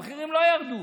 המחירים לא ירדו.